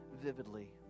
vividly